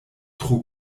tro